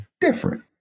different